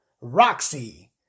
Roxy